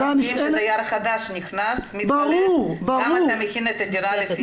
כשדייר חדש נכנס, אתה מכין את הדירה לפי זה.